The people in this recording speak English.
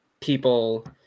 people